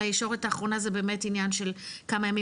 הישורת האחרונה זה באמת עניין של כמה ימים.